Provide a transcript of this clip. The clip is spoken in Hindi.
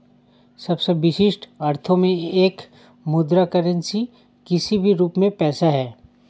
सबसे विशिष्ट अर्थों में एक मुद्रा करेंसी किसी भी रूप में पैसा है